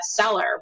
bestseller